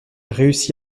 réussi